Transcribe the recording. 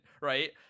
right